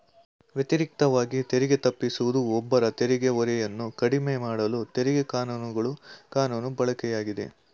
ವ್ಯತಿರಿಕ್ತವಾಗಿ ತೆರಿಗೆ ತಪ್ಪಿಸುವುದು ಒಬ್ಬರ ತೆರಿಗೆ ಹೊರೆಯನ್ನ ಕಡಿಮೆಮಾಡಲು ತೆರಿಗೆ ಕಾನೂನುಗಳ ಕಾನೂನು ಬಳಕೆಯಾಗಿದೆ